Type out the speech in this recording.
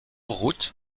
route